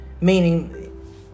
Meaning